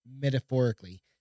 metaphorically